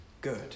good